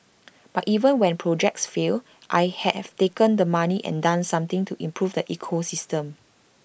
but even when projects fail I have taken the money and done something to improve the ecosystem